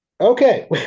Okay